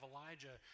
Elijah